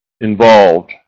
involved